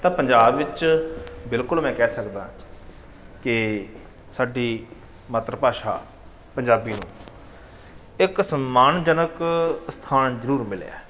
ਤਾਂ ਪੰਜਾਬ ਵਿੱਚ ਬਿਲਕੁਲ ਮੈਂ ਕਹਿ ਸਕਦਾ ਕਿ ਸਾਡੀ ਮਾਤਰ ਭਾਸ਼ਾ ਪੰਜਾਬੀ ਨੂੰ ਇੱਕ ਸਨਮਾਨਜਨਕ ਸਥਾਨ ਜ਼ਰੂਰ ਮਿਲਿਆ ਹੈ